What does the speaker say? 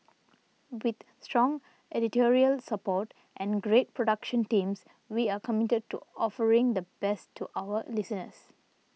with strong editorial support and great production teams we are committed to offering the best to our listeners